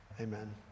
amen